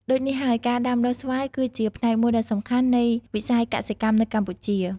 ដូចនេះហើយ ការដាំដុះស្វាយគឺជាផ្នែកមួយដ៏សំខាន់នៃវិស័យកសិកម្មនៅកម្ពុជា។